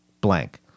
blank